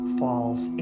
falls